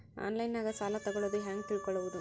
ಆನ್ಲೈನಾಗ ಸಾಲ ತಗೊಳ್ಳೋದು ಹ್ಯಾಂಗ್ ತಿಳಕೊಳ್ಳುವುದು?